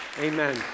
amen